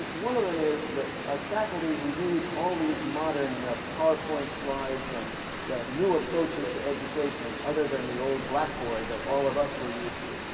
one of them is that our faculty who use all these modern powerpoint slides and new approaches to education, other than the old blackboard that all of us were used to,